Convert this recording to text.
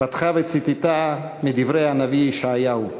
פתחה וציטטה מדברי הנביא ישעיהו: